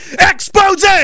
expose